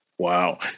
Wow